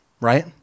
Right